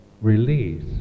release